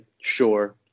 sure